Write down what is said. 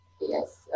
Yes